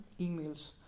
emails